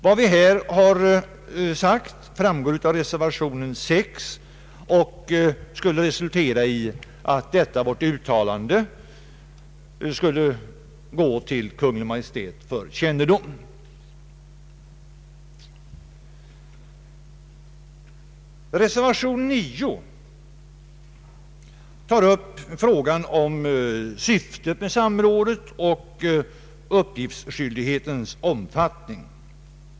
Vad vi här anfört framgår av reservationen 6, som innebär att detta vårt uttalande skulle gå till Kungl. Maj:t för kännedom. Reservation 9 tar upp syftet med samrådet och uppgiftsskyldighetens omfattning.